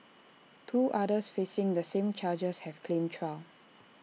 two others facing the same charges have claimed trial